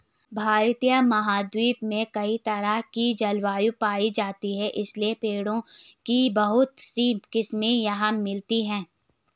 भारतीय उपमहाद्वीप में कई तरह की जलवायु पायी जाती है इसलिए पेड़ों की बहुत सी किस्मे यहाँ मिलती हैं